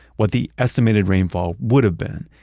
what the estimated rainfall would have been,